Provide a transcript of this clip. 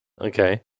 Okay